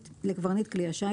לקברניט כלי השיט,